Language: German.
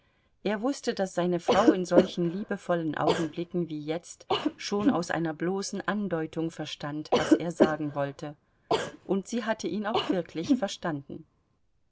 er wußte daß seine frau in solchen liebevollen augenblicken wie jetzt schon aus einer bloßen andeutung verstand was er sagen wollte und sie hatte ihn auch wirklich verstanden